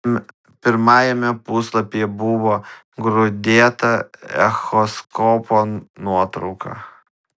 pirmajame puslapyje buvo grūdėta echoskopo nuotrauka